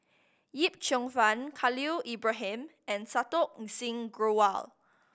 Yip Cheong Fun Khalil Ibrahim and Santokh Singh Grewal